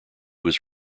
was